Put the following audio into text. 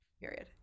Period